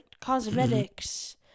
cosmetics